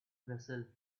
vessel